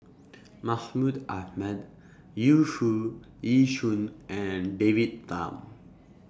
Mahmud Ahmad Yu Foo Yee Shoon and David Tham